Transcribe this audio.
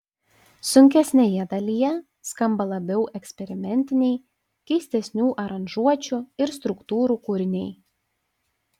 sunkesnėje dalyje skamba labiau eksperimentiniai keistesnių aranžuočių ir struktūrų kūriniai